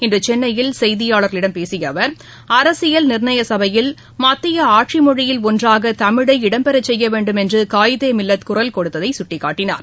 இன்று சென்னையில் செய்தியாளர்களிடம் பேசிய அவர் அரசியல் நிர்ணய சபையில் மத்திய ஆட்சி மொழியில் ஒன்றாக தமிழை இடம்பெற செய்ய வேண்டும் என்று காயிதே மில்லத் குரல் கொடுத்ததை சுட்டிக்காட்டினார்